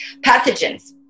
Pathogens